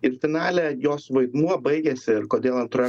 ir finale jos vaidmuo baigėsi ir kodėl antroje